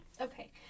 Okay